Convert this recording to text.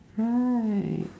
right